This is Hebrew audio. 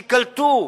ושייקלטו.